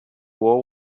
wall